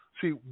See